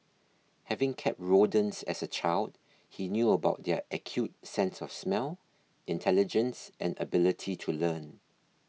having kept rodents as a child he knew about their acute sense of smell intelligence and ability to learn